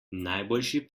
najboljši